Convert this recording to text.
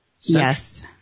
Yes